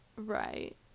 Right